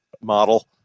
model